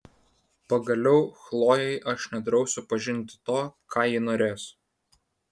pagaliau chlojei aš nedrausiu pažinti to ką ji norės